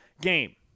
game